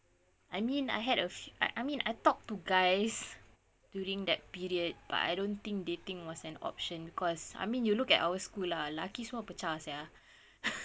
I mean I had a fe~ I I mean I talk to guys during that period but I don't think dating was an option cause I mean you look at our school lah lelaki semua pecah sia